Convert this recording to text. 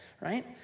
Right